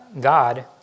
God